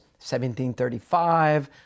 1735